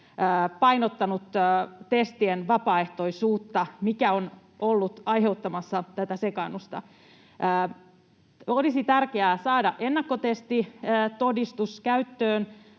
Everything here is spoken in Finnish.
painottanut testien vapaaehtoisuutta, mikä on ollut aiheuttamassa tätä sekaannusta. Olisi tärkeää saada ennakkotestitodistus käyttöön,